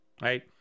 Right